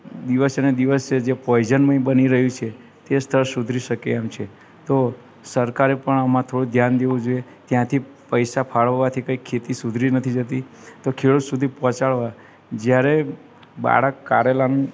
દિવસને દિવસે જે પોઈઝનમય બની રહ્યું છે તે સ્તર સુધરી શકે એમ છે તો સરકારે પણ આમાં થોડું ધ્યાન દેવું જોઈએ ત્યાંથી પૈસા ફાળવવાથી કંઈ ખેતી સુધરી નથી જતી તો ખેડૂત સુધી પહોંચાડવા જ્યારે બાળક કારેલાન